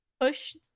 Push